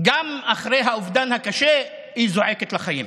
גם אחרי האובדן הקשה היא זועקת לחיים.